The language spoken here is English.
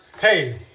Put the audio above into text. hey